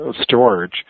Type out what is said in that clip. storage